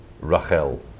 Rachel